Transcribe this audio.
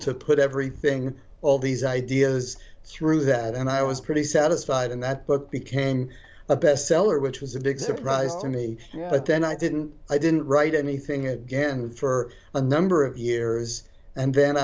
to put everything all these ideas through that and i was pretty satisfied and that book became a bestseller which was a big surprise to me but then i didn't i didn't write anything again for a number of years and then